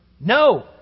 No